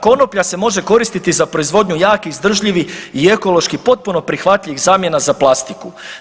Konoplja se može koristiti za proizvodnju jakih, izdržljivih i ekološki potpuno prihvatljivih zamjena za plastiku.